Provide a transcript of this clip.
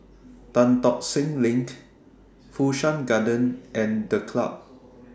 Tan Tock Seng LINK Fu Shan Garden and The Club